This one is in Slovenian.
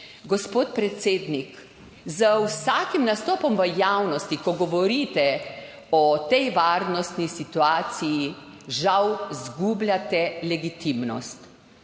Gospod predsednik, z vsakim nastopom v javnosti, ko govorite o tej varnostni situaciji, žal izgubljate legitimnost.